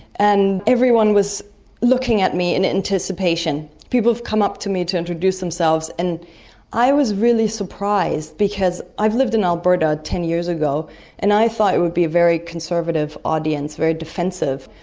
and everyone was looking at me in anticipation. people have come up to me to introduce themselves and i was really surprised, because i lived in alberta ten years ago and i thought it would be a very conservative audience, very defensive.